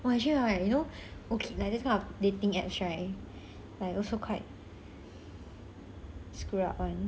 !wah! actually right you know okay like this kind of dating apps right like also quite screwed up one